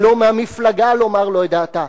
אם לא, מהמפלגה לומר לו את דעתה.